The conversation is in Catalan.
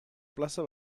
plaça